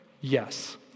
Yes